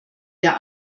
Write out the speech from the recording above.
der